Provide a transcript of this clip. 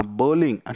bowling